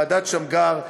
ועדת שמגר,